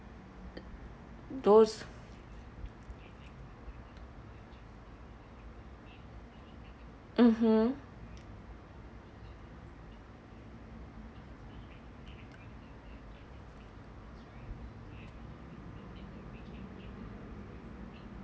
those mmhmm